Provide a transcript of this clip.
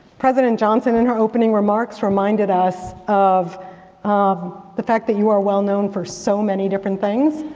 president johnson in her opening remarks reminded us of of the fact that you are well known for so many different things,